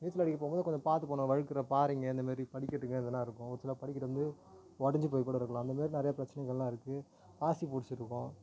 நீச்சல் அடிக்க போகும் போது கொஞ்சம் பார்த்து போகணும் வழுக்கிற பாறைங்க அந்த மாரி படிக்கட்டுங்க இதெலாம் இருக்கும் ஒரு சில படிக்கட்டு வந்து உடஞ்சி போய் கூட இருக்கலாம் அந்த மாரி நிறையா பிரச்சினைகள்லாம் இருக்குது பாசி பிடிச்சிருக்கும்